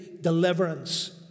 deliverance